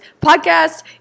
Podcast